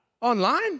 Online